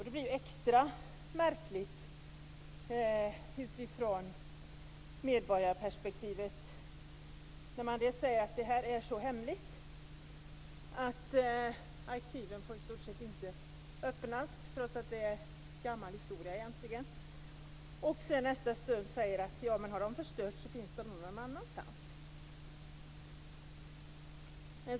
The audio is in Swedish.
Det blir extra märkligt utifrån medborgarperspektivet när man säger att detta är så hemligt att arkiven i stort sett inte får öppnas, trots att det egentligen är gammal historia, och i nästa stund säger att om de har förstörts så finns de nog någon annanstans.